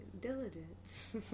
diligence